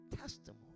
testimony